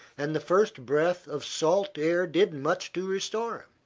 and the first breath of salt air did much to restore him.